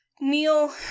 Neil